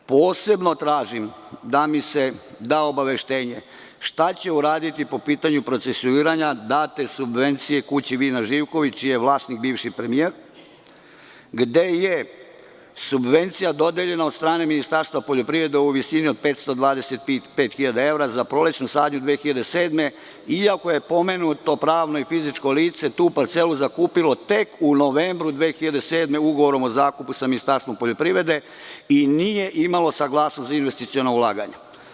Posebno tražim da mi se da obaveštenje šta će uraditi po pitanju procesuiranja date subvencije „Kući vina Živković“, čiji je vlasnik bivši premijer, gde je subvencija dodeljena od strane Ministarstva poljoprivrede u visini od 525 hiljada evra za prolećnu sadnju 2007. godine, iako je pomenuto pravno i fizičko lice tu parcelu zakupilo tek u novembru 2007. godine, ugovorom o zakupu sa Ministarstvom poljoprivrede i nije imalo saglasnost za investiciona ulaganja?